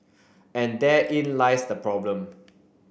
and therein lies the problem